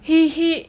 he he